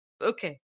Okay